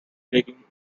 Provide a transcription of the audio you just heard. taking